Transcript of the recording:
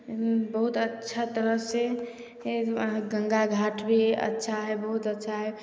बहुत अच्छा तरहसे गङ्गा घाट भी अच्छा हइ बहुत अच्छा हइ